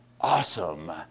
awesome